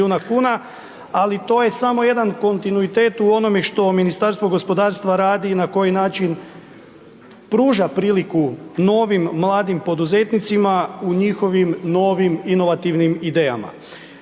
ali to je samo jedan kontinuitet u onome što Ministarstvo gospodarstva radi i na koji način pruža priliku novim mladim poduzetnicima u njihovim novim inovativnim idejama.